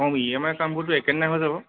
অঁ ইএমআই কামবোৰতো একেদিনাই হৈ যাব